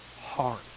heart